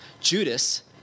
Judas